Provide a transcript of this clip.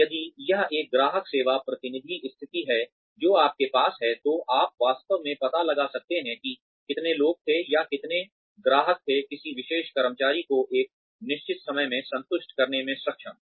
या यदि यह एक ग्राहक सेवा प्रतिनिधि स्थिति है जो आपके पास है तो आप वास्तव में पता लगा सकते हैं कि कितने लोग थे या कितने ग्राहक थे किसी विशेष कर्मचारी को एक निश्चित समय में संतुष्ट करने में सक्षम